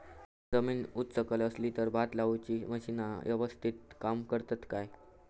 जमीन उच सकल असली तर भात लाऊची मशीना यवस्तीत काम करतत काय?